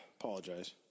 Apologize